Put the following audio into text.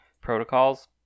protocols